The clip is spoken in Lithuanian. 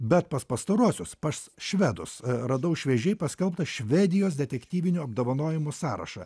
bet pas pastaruosius pas švedus radau šviežiai paskelbtą švedijos detektyvinių apdovanojimų sąrašą